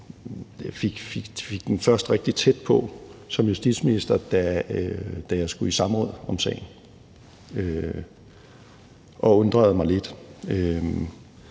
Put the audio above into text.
faktisk først rigtig tæt på som justitsminister, da jeg skulle i samråd om sagen, og undrede mig lidt.